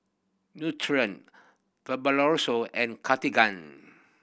Nutren Fibrosol and Cartigain